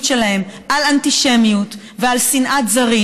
שלהן על אנטישמיות ועל שנאת זרים,